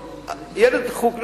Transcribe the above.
ילד מחוץ לרחם,